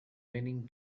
raining